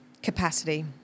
capacity